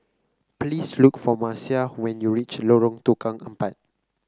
please look for Marcia when you reach Lorong Tukang Empat